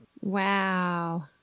Wow